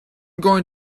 going